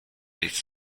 its